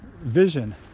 vision